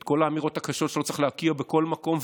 את כל האמירות הקשות שלו צריך להוקיע בכל מקום,